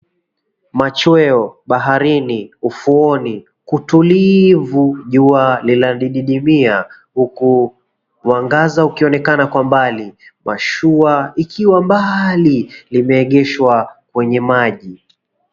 Machoweo ,baharini , ufuoni kutulivu, jua linadidimia huku mwangaza ukionekana kwa mbali, mashuwa ikiwa mbali limeengeshwa kwenye maji.